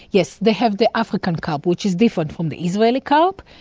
yes, they have the african carp which is different from the israeli carp,